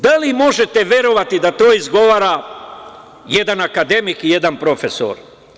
Da li možete verovati da to izgovara jedan akademik i jedan profesor?